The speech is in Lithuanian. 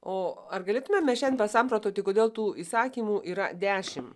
o ar galėtume mes šiandien pasamprotauti kodėl tų įsakymų yra dešim